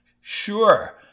Sure